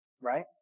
right